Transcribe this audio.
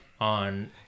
on